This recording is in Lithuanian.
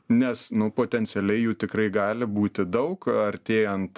nes nu potencialiai jų tikrai gali būti daug artėjant